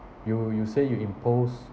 you you say you impose